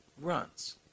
runs